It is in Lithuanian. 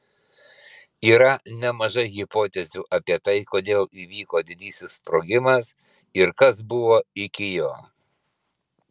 yra nemažai hipotezių apie tai kodėl įvyko didysis sprogimas ir kas buvo iki jo